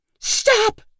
Stop